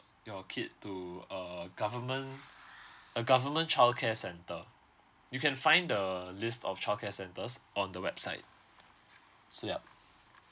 your kid to a government a government's childcare centre you can find the list of childcare centers on the website so yup